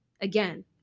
again